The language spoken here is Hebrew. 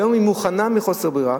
היום היא מוכנה מחוסר ברירה,